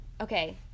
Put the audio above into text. okay